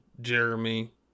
Jeremy